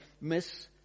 miss